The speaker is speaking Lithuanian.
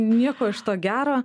nieko iš to gero